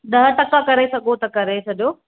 ॾह टका करे सघो त करे छॾियो